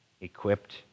equipped